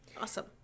Awesome